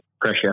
pressure